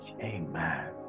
amen